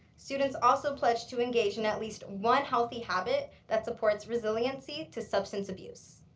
students also pledged to engage in at least one healthy habit that supports resiliency to substance abuse.